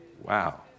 Wow